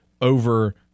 over